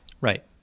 Right